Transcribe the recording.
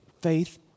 Faith